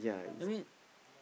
I mean